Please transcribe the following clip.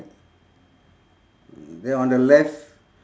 then on the left